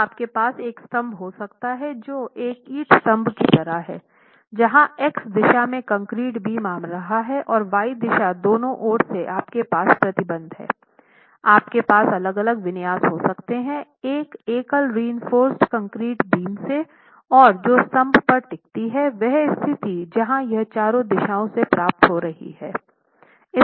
तो आपके पास एक स्तंभ हो सकता है जो एक ईंट स्तंभ की तरह है जहां x दिशा में कंक्रीट बीम आ रहा है और y दिशा दोनों ओर से आपके पास प्रतिबंध हैं आपके पास अलग अलग विन्यास हो सकते हैं एक एकल रीइनफ़ोर्स कंक्रीट बीम से और जो स्तंभ पर टिकती हैं वह स्थिति जहाँ यह चारों दिशाओं से प्राप्त हो रही है